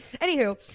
Anywho